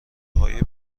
های